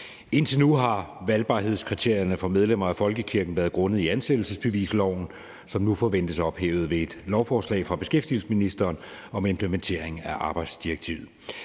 Indtil nu har valgbarhedskriterierne for medlemmer af folkekirken været grundet i ansættelsesbevisloven, som nu forventes ophævet ved et lovforslag fra beskæftigelsesministeren om implementering af arbejdsdirektivet.